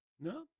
No